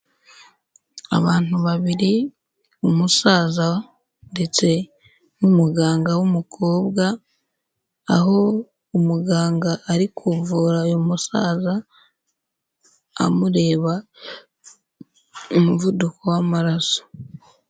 Abantu babiri, umusaza ndetse n'umuganga w'umukobwa, aho umuganga ari kuvura uyu musaza, amureba umuvuduko w'amaraso.